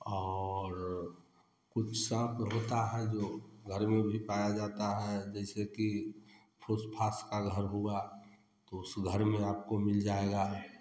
और कुछ साँप होता है जो घर में भी पाया जाता है जैसे की फूस फास का घर हुआ तो उस घर में आपको मिल जाएगा